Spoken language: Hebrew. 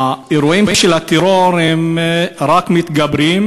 האירועים של הטרור רק מתגברים.